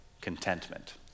contentment